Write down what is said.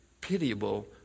pitiable